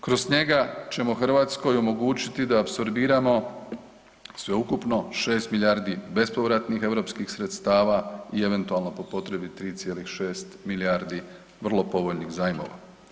Kroz njega ćemo Hrvatskoj omogućiti da apsorbiramo sveukupno 6 milijardi bespovratnih europskih sredstava i eventualno po potrebi 3,6 milijardi vrlo povoljnih zajmova.